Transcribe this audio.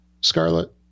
scarlet